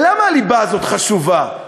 למה הליבה הזאת חשובה?